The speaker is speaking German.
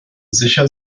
sicher